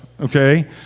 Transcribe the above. okay